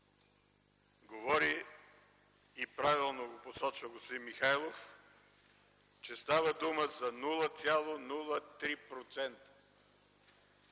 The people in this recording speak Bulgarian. Говори и правилно го посочва господин Михайлов, че става дума за 0,03%